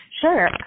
Sure